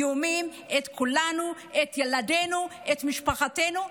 איומים, את כולנו, את ילדינו, את משפחותינו.